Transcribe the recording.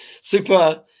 super